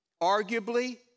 arguably